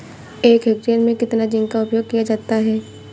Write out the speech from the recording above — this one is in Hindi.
एक हेक्टेयर में कितना जिंक का उपयोग किया जाता है?